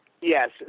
yes